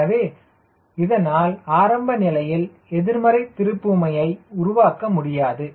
எனவே இதனால் ஆரம்ப நிலையில் எதிர்மறையை திருப்புமையை உருவாக்க முடியாது